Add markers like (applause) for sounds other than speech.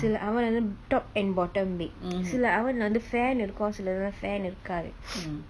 சில:sila oven வந்து:vanthu top and bottom big சில:sila oven lah வந்து:vanthu fan இருக்கு சிலதுல:iruku silathula fan இருக்காது:irukathu (noise)